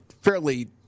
fairly